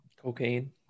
cocaine